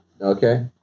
Okay